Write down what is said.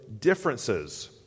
differences